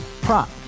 Prop